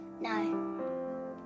No